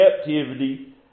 captivity